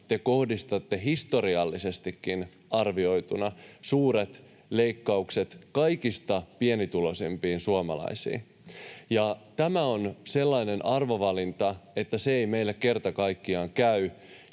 te kohdistatte historiallisestikin arvioituna suuret leikkaukset kaikista pienituloisimpiin suomalaisiin. Tämä on sellainen arvovalinta, että se ei meille kerta kaikkiaan käy,